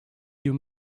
you